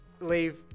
leave